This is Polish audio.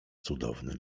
cudowny